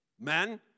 Men